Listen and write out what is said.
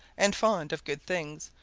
and fond of good things,